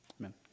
Amen